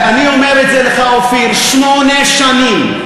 אני אומר את זה לך, אופיר: שמונה שנים.